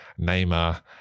Neymar